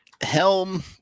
Helm